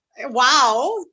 wow